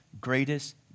greatest